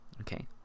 okay